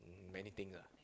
many things lah